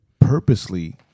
purposely